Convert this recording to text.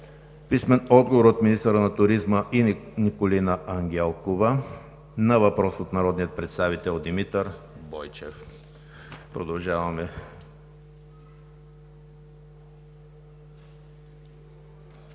Мацурев; - министъра на туризма Николина Ангелкова на въпрос от народния представител Димитър Бойчев. Продължаваме